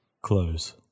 close